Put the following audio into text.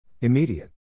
Immediate